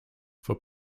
for